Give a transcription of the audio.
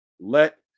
let